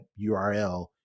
URL